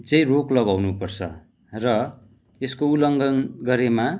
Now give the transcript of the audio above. चाहिँ रोक लगाउँनु पर्छ र यसको उल्लङ्घन गरेमा